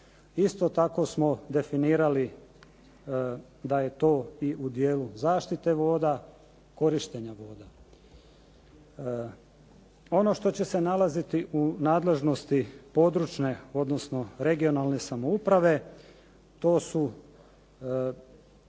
Isto tako smo definirali da je to i u dijelu zaštite voda, korištenja voda. Ono što će se nalaziti u nadležnosti područne, odnosno regionalne samouprave to su